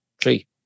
three